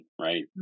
right